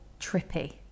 trippy